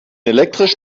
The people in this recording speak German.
elektrisch